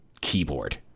keyboard